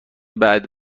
بعد